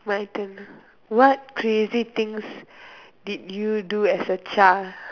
my turn ah what crazy things did you do as a child